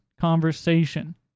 conversation